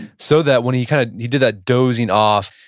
so that when he kind of he did that dozing off,